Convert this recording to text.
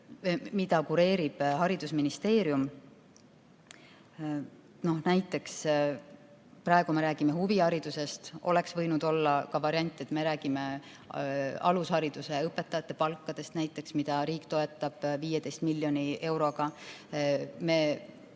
mida kureerib haridusministeerium.